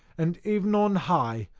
and ev'n on high,